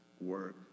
work